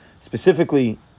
specifically